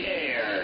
air